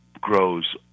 grows